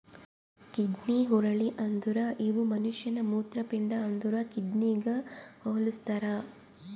kidney ಹುರುಳಿ ಅಂದುರ್ ಇವು ಮನುಷ್ಯನ ಮೂತ್ರಪಿಂಡ ಅಂದುರ್ ಕಿಡ್ನಿಗ್ ಹೊಲುಸ್ತಾರ್